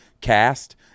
Cast